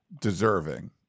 deserving